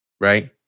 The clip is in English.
right